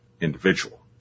individual